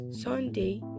Sunday